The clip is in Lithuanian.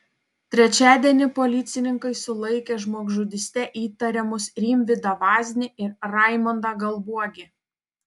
trečiadienį policininkai sulaikė žmogžudyste įtariamus rimvydą vaznį ir raimondą galbuogį